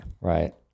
Right